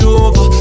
over